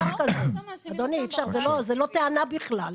אדוני, זה לא טענה בכלל.